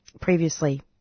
previously